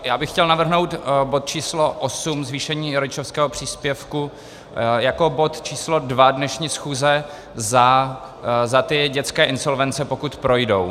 Já bych chtěl navrhnout bod č. 8, zvýšení rodičovského příspěvku, jako bod číslo dva dnešní schůze za ty dětské insolvence, pokud projdou.